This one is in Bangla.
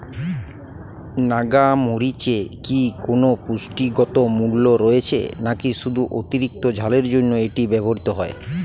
নাগা মরিচে কি কোনো পুষ্টিগত মূল্য রয়েছে নাকি শুধু অতিরিক্ত ঝালের জন্য এটি ব্যবহৃত হয়?